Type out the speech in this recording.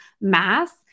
mass